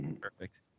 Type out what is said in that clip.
Perfect